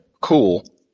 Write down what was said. cool